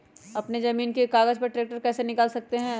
अपने जमीन के कागज पर ट्रैक्टर कैसे निकाल सकते है?